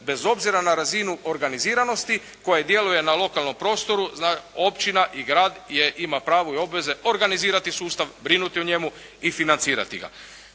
bez obzira na razinu organiziranosti koja djeluje na lokalnom prostoru općina i grad ima pravo i obveze organizirati sustav, brinuti o njemu i financirati ga.